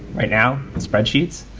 right now and spreadsheets,